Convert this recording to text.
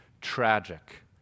tragic